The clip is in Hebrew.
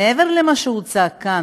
מעבר למה שהוצע כאן,